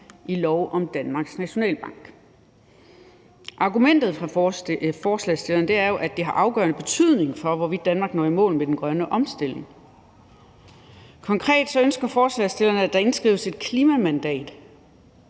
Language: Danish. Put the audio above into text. i lov om Danmarks Nationalbank. Argumentet fra forslagsstillerne er jo, at det har en afgørende betydning for, hvorvidt Danmark når i mål med den grønne omstilling. Konkret ønsker forslagsstillerne, at der indskrives et klimamandat,